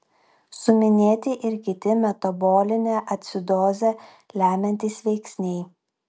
suminėti ir kiti metabolinę acidozę lemiantys veiksniai